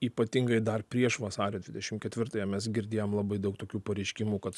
ypatingai dar prieš vasario dvidešim ketvirtąją mes girdėjom labai daug tokių pareiškimų kad